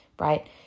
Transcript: right